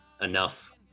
enough